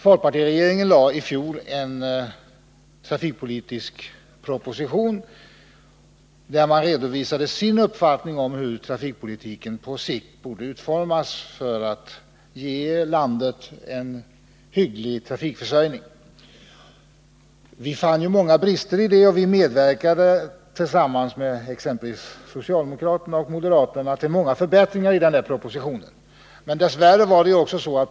Folkpartiregeringen framlade i fjol en trafikpolitisk proposition där man redovisade sin uppfattning åtminstone om hur trafikpolitiken borde utformas för att ge landet en hygglig trafikförsörjning. Vi fann många brister i propositionen och medverkade tillsammans med bl.a. socialdemokraterna och moderaterna till många förbättringar på de punkter som togs upp i denna proposition.